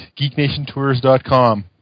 GeekNationTours.com